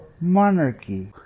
monarchy